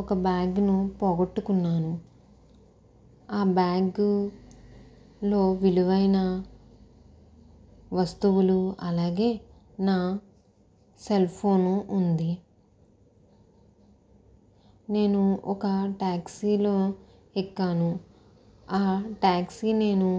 ఒక బ్యాగ్ను పోగొట్టుకున్నాను ఆ బ్యాగ్లో విలువైన వస్తువులు అలాగే నా సెల్ ఫోను ఉంది నేను ఒక ట్యాక్సీలో ఎక్కాను ఆ టాక్సీ నేను